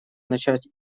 начать